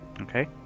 Okay